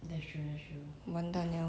完蛋了